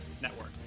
Network